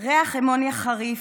ריח אמוניה חריף,